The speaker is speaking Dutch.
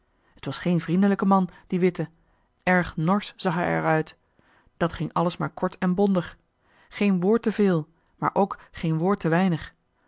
t was geen vriendelijke man die witte erg norsch zag hij er uit dat ging alles maar kort en bondig geen woord te veel maar ook geen woord te weinig